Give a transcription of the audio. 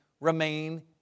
remain